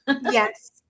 yes